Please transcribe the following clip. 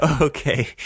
Okay